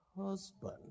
husband